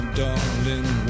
darling